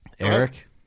Eric